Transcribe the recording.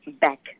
back